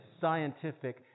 scientific